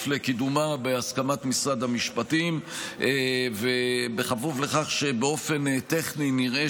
לקידומה בהסכמת משרד המשפטים ובכפוף לכך שבאופן טכני נראה